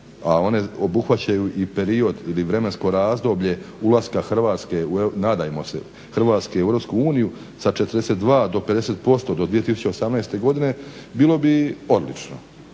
a one obuhvaćaju i period ili vremensko razdoblje ulaska Hrvatske, nadajmo se Hrvatske u EU sa 42 do 50% do 2018.godine bilo bi odlično,